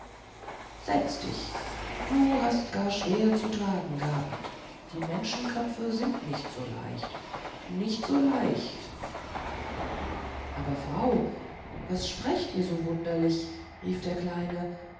setze dich du hast gar schwer zu tragen gehabt die menschenköpfe sind nicht so leicht nicht so leicht aber frau was sprechet ihr so wunderlich rief der kleine